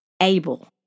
able